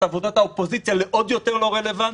את עבודת האופוזיציה לעוד יותר לא רלוונטית,